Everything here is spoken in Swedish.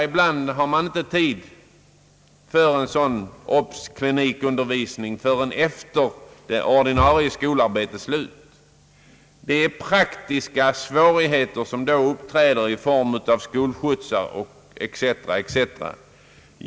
Ibland har man inte tid för en sådan obs-klinikundervisning förrän efter det ordinarie skolarbetets slut. De praktiska svårigheter som då uppträder i form av skolskjutsar etc.